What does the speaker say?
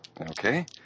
Okay